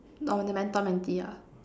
orh the mentor mentee ah